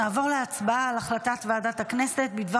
נעבור להצבעה על החלטת ועדת הכנסת בדבר